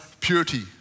purity